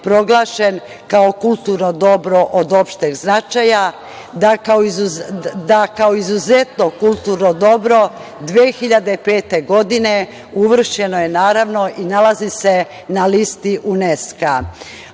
kao kulturno dobro od opšteg značaja, da kao je izuzetno kulturno dobro 2005. godine uvršćeno i nalazi se na listi